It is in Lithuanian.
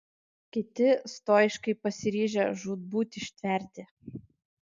kiti stoiškai pasiryžę žūtbūt ištverti